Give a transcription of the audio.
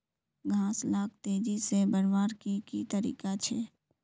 घास लाक तेजी से बढ़वार की की तरीका छे?